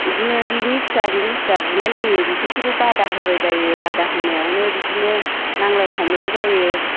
बिदिनो बिनि फिसा बिनि फिसा बुलाय लायो बेफोरखौबो बादा होबायबायो बादा होनायावनो बिदिनो नांज्लाय खमलाय जायो